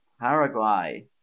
Paraguay